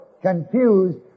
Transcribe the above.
Confused